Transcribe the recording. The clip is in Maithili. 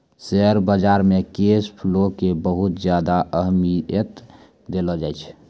शेयर बाजार मे कैश फ्लो के बहुत ज्यादा अहमियत देलो जाए छै